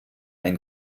ein